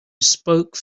spoke